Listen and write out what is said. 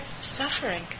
suffering